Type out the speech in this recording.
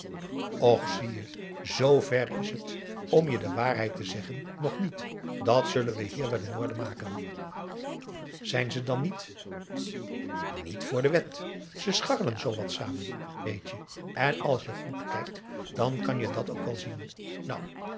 och zie je z ver is het om je de waarheid te zeggen nog niet dat zullen we hier wel in orde maken ijn ze dan niet niet voor de wet ze scharrelden zoo wat samen weet je en als je goed kijkt dan kan je dat ook wel zien nou